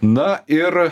na ir